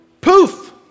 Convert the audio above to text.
Poof